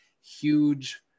huge